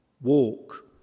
walk